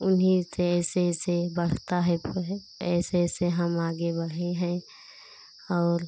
उन्हीं से ऐसे ऐसे बढ़ता है वह ऐसे ऐसे हम आगे बढ़े हैं और